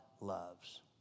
loves